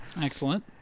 Excellent